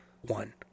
one